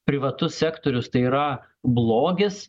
privatus sektorius tai yra blogis